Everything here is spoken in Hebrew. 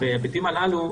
וההיבטים הללו,